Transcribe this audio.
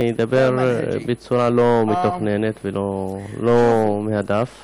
אני אדבר בצורה לא מתוכננת ולא מהדף.